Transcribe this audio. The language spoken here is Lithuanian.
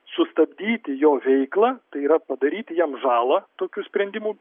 sustabdyti jo veiklą tai yra padaryti jam žalą tokiu sprendimu